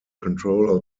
control